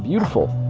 beautiful,